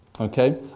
okay